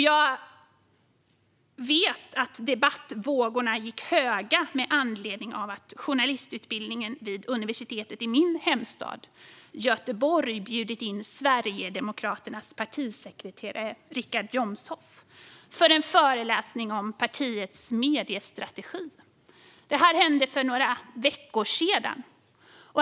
Jag vet att debattvågorna gick höga med anledning av att journalistutbildningen vid universitetet i min hemstad Göteborg bjudit in Sverigedemokraternas partisekreterare Richard Jomshof för en föreläsning om partiets mediestrategi. Det här hände för några veckor sedan.